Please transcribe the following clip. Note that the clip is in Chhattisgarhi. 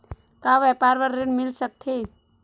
का व्यापार बर ऋण मिल सकथे?